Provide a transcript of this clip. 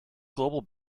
global